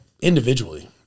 individually